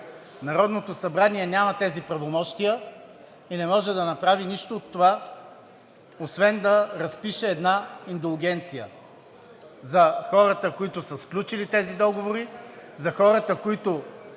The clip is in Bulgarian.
Народното събрание няма тези правомощия и не може да направи нищо от това, освен да разпише една индулгенция за хората, които са сключили тези договори, за хората, които